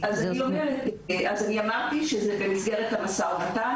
אז אני אמרתי שזה במסגרת המשא ומתן,